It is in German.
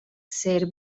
sehr